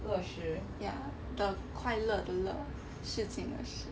乐事 ya the 快乐的乐事情的事